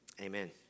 Amen